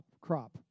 crop